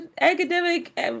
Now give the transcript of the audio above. academic